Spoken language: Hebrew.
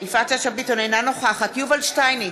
אינה נוכחת יובל שטייניץ,